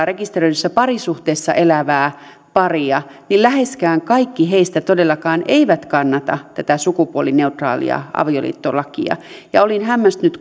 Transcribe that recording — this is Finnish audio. rekisteröidyssä parisuhteessa elävää paria ja läheskään kaikki heistä todellakaan eivät kannata tätä sukupuolineutraalia avioliittolakia ja olin hämmästynyt